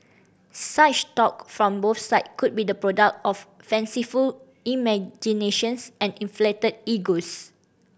such talk from both side could be the product of fanciful imaginations and inflated egos